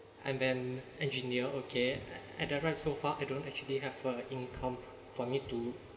and then engineer okay at the right so far I don't actually have a income for me to